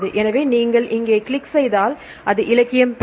எனவே நீங்கள் இங்கே கிளிக் செய்தால் அது இலக்கியம் பெறும்